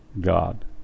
God